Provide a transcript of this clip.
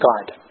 God